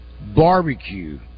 Barbecue